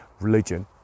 religion